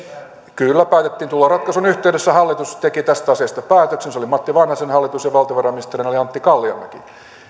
kyllä päätettiin tuloratkaisun yhteydessä hallitus teki tästä asiasta päätöksen se oli matti vanhasen hallitus ja valtiovarainministerinä oli antti kalliomäki